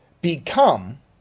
become